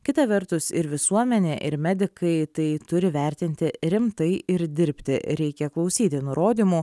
kita vertus ir visuomenė ir medikai tai turi vertinti rimtai ir dirbti reikia klausyti nurodymų